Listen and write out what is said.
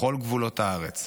בכל גבולות הארץ,